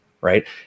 right